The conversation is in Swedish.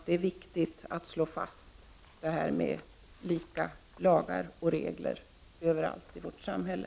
Det är viktigt att slå fast att samma lagar och regler skall gälla överallt i vårt samhälle.